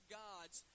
gods